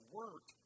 work